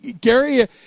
Gary